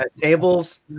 tables